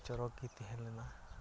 ᱪᱚᱨᱚᱠᱜᱮᱭ ᱛᱟᱦᱮᱸᱞᱮᱱᱟ